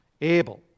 Abel